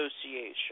Association